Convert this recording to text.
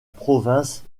province